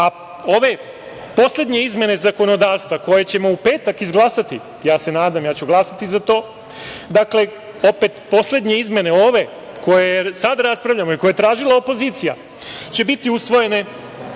6.Ove poslednje izmene zakonodavstva, koje ćemo u petak izglasati, ja se nadam, jer ja ću glasati za to, dakle, opet poslednje izmene ove, koje sada raspravljamo i koje je tražila opozicija, će biti usvojene. Novine